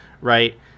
right